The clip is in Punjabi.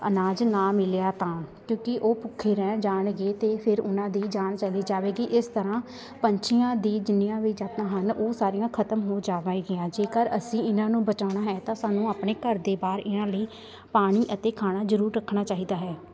ਅਨਾਜ ਨਾ ਮਿਲਿਆ ਤਾਂ ਕਿਉਂਕਿ ਉਹ ਭੁੱਖੇ ਰਹਿ ਜਾਣਗੇ ਅਤੇ ਫਿਰ ਉਹਨਾਂ ਦੀ ਜਾਨ ਚਲੀ ਜਾਵੇਗੀ ਇਸ ਤਰ੍ਹਾਂ ਪੰਛੀਆਂ ਦੀ ਜਿੰਨੀਆਂ ਵੀ ਜਾਤਾਂ ਹਨ ਉਹ ਸਾਰੀਆਂ ਖਤਮ ਹੋ ਜਾਣਗੀਆਂ ਜੇਕਰ ਅਸੀਂ ਇਹਨਾਂ ਨੂੰ ਬਚਾਉਣਾ ਹੈ ਤਾਂ ਸਾਨੂੰ ਆਪਣੇ ਘਰ ਦੇ ਬਾਹਰ ਇਹਨਾਂ ਲਈ ਪਾਣੀ ਅਤੇ ਖਾਣਾ ਜ਼ਰੂਰ ਰੱਖਣਾ ਚਾਹੀਦਾ ਹੈ